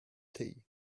tea